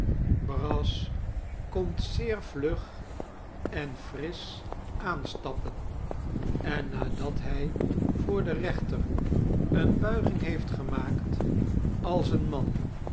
brass komt zeer vlug en frisch aanstapperi en nadat hij voor den rechter eene buiging heeft gemaakt als een man